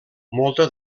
molta